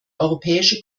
europäische